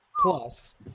plus